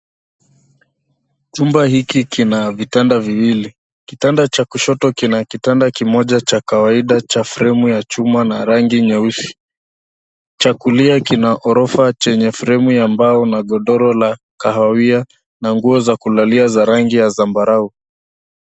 Chumba hiki kina vitanda viwili. Kitanda cha kushoto kina kitanda kimoja cha kawaida cha fremu ya chuma na rangi nyeusi. Cha kulia kina ghorofa chenye fremu ya mbao na godoro ya kahawia na nguo za kulalia za rangi ya zambarau.